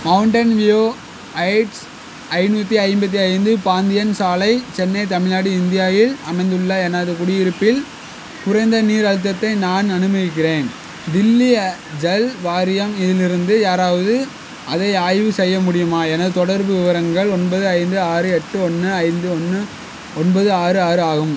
Mountain View Heights ஐந்நூற்றி ஐம்பத்து ஐந்து பாந்தியன் சாலை சென்னை தமிழ்நாடு இந்தியா இல் அமைந்துள்ள எனது குடியிருப்பில் குறைந்த நீர் அழுத்தத்தை நான் அனுபவிக்கிறேன் தில்லி ஜல் வாரியம்யிலிருந்து யாராவது அதை ஆய்வு செய்ய முடியுமா எனது தொடர்பு விவரங்கள் ஒன்பது ஐந்து ஆறு எட்டு ஒன்று ஐந்து ஒன்று ஒன்பது ஆறு ஆறு ஆகும்